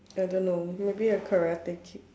I don't know maybe a Karate kick